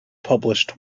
published